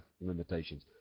limitations